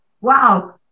wow